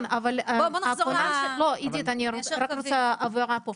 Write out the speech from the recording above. כן אבל, עידית אני רק רוצה הבהרה פה.